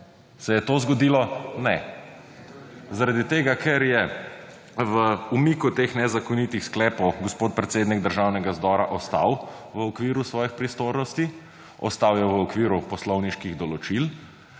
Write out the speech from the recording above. Se je to zgodilo? Ne. Zaradi tega, ker je v umiku teh nezakonitih sklepov gospod predsednik Državnega zbora ostal v okviru svojih pristojnosti, ostal je v okviru poslovniških določil,